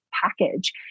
package